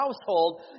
household